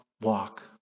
walk